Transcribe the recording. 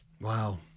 Wow